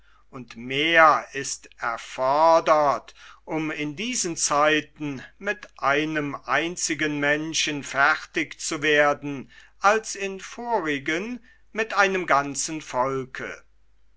und mehr ist erfordert um in diesen zeiten mit einem einzigen menschen fertig zu werden als in vorigen mit einem ganzen volke